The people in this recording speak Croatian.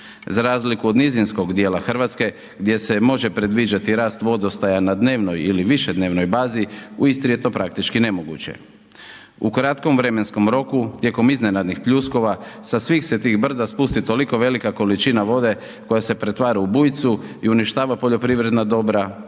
Za razliku od nizinskog djela Hrvatske gdje se može predviđati rast vodostaja na dnevnoj ili višednevnoj bazi, u Istri je to praktički nemoguće. U kratkom vremenskom roku tijekom iznenadnih pljuskova sa svih se tih brda spusti tolika velika količine vode koja se pretvara u bujicu i uništava poljoprivredna dobra